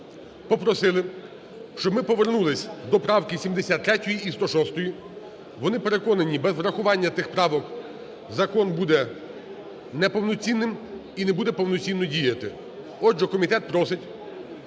попросили, щоб ми повернулись до правки 73 і 106. Вони переконані, без врахування тих правок закон буде неповноцінним і не буде повноцінно діяти. Отже, комітет просить,